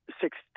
six